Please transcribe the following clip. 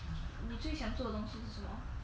你最想做的东西是什么